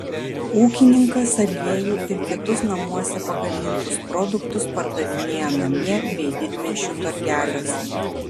ūkininkas aliejų ir kitus namuose pagamintus produktus pardavinėja namie bei didmiesčių turgeliuose